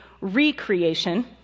recreation